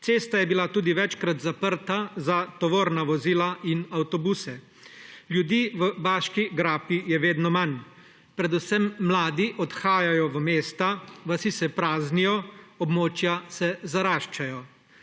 Cesta je bila tudi večkrat zaprta za tovorna vozila in avtobuse. Ljudi v Baški grapi je vedno manj. Predvsem mladi odhajajo v mesta, vasi se praznijo, območja se zaraščajo.